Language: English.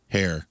Hair